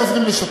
ועוזרים לשפר.